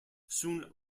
soon